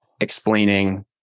explaining